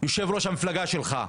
יושב-ראש המפלגה שלך,